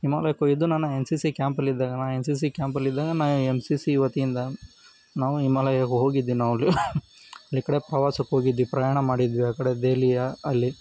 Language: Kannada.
ಹಿಮಾಲಯಕ್ಕೆ ಹೋಗಿದ್ದು ನಾನು ಎನ್ ಸಿ ಸಿ ಕ್ಯಾಂಪ್ನಲ್ಲಿದ್ದಾಗ ನಾನು ಎನ್ ಸಿ ಸಿ ಕ್ಯಾಂಪ್ನಲ್ಲಿದ್ದಾಗ ನಾ ಎನ್ ಸಿ ಸಿ ವತಿಯಿಂದ ನಾವು ಹಿಮಾಲಯಕ್ಕೆ ಹೋಗಿದ್ದೆ ನಾವಲ್ಲಿ ಬೇರೆ ಕಡೆ ಪ್ರವಾಸಕ್ಕೆ ಹೋಗಿದ್ವಿ ಪ್ರಯಾಣ ಮಾಡಿದ್ವಿ ಆ ಕಡೆ ದೆಲ್ಲಿ ಅಲ್ಲಿ